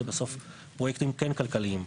אלו בסוף פרויקטים כן כלכליים.